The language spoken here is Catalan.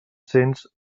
cents